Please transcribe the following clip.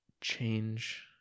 change